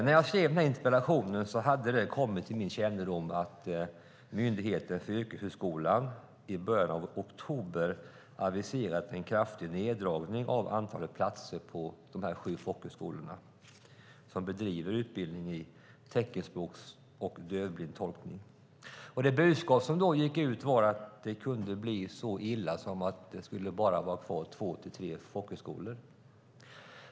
När jag skrev interpellationen hade det kommit till min kännedom att Myndigheten för yrkeshögskolan i början av oktober aviserat en kraftig neddragning av antalet platser på de sju folkhögskolor som bedriver utbildning i teckenspråkstolkning och dövblindtolkning. Det budskap som gick ut var att det kunde bli så illa som att det bara skulle vara kvar två eller tre folkhögskolor.